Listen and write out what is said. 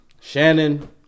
Shannon